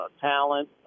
talent